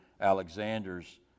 Alexander's